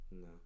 no